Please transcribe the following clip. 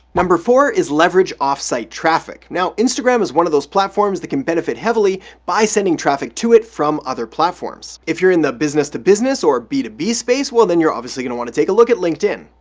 number four is leverage off-site traffic. now, instagram is one of those platforms that can benefit heavily by sending traffic to it from other platforms. if you're in the business to business or b two b space, well, then you're obviously gonna want to take a look at linkedin.